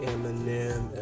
Eminem